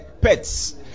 pets